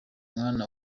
mwana